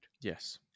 Yes